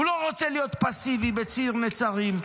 הוא לא רוצה להיות פסיבי בציר נצרים,